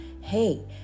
Hey